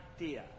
idea